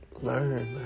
learn